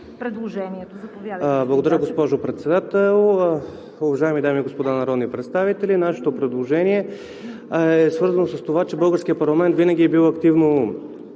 Благодаря, госпожо Председател. Уважаеми дами и господа народни представители, нашето предложение е свързано с това, че българският парламент винаги е бил активен